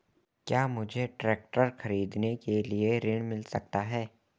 क्या मुझे ट्रैक्टर खरीदने के लिए ऋण मिल सकता है?